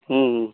हूँ